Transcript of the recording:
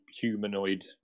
humanoid